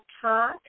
Talk